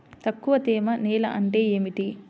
తక్కువ తేమ నేల అంటే ఏమిటి?